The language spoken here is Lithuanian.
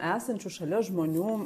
esančių šalia žmonių